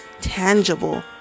tangible